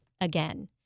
again